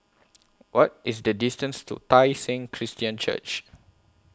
What IS The distance to Tai Seng Christian Church